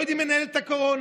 לא יודעים לנהל את הקורונה,